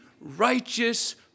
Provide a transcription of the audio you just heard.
righteous